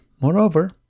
moreover